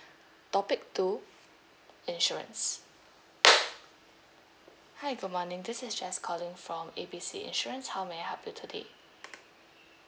topic two insurance hi good morning this is jess calling from A B C insurance how may I help you today